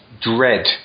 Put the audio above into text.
Dread